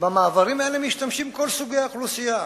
במעברים האלה משתמשים כל סוגי האוכלוסייה: